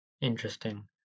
Interesting